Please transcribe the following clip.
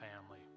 family